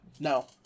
No